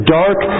dark